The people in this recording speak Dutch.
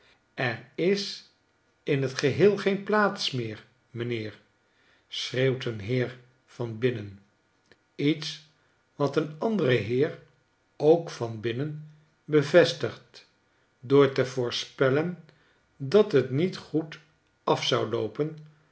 er is in t geheel geenplaatsmeer mijnheer schreeuwt een heer van binnen lets wat een andere heer ook van binnen bevestigt door te voorspellen dat t niet goed af zou loopen